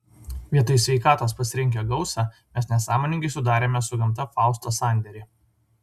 vietoj sveikatos pasirinkę gausą mes nesąmoningai sudarėme su gamta fausto sandėrį